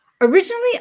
Originally